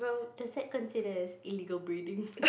does that consider as illegal breathing